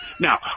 Now